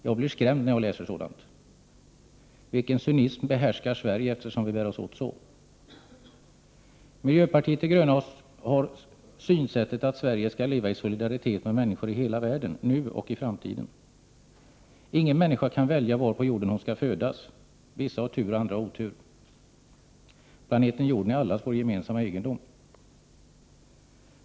Jag blir skrämd när jag läser sådant! Vilken cynism behärskar Sverige, eftersom vi bär oss åt så? Miljöpartiet de gröna har synsättet att Sverige skall leva i solidaritet med människor i hela världen, nu och i framtiden! Ingen människa kan välja var på jorden hon skall födas — vissa har tur och andra otur. Planeten Jorden är allas vår gemensamma egendom!